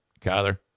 Kyler